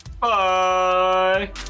Bye